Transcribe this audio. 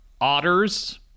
Otters